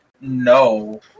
No